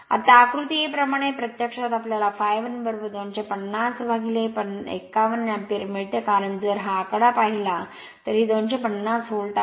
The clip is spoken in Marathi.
आता आकृती a प्रमाणे प्रत्यक्षात आपल्याला ∅ 1 250 51 एम्पीयर मिळतो कारण जर हा आकडा पाहिला तर ही 250 व्होल्ट आहे